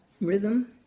rhythm